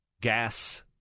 Gas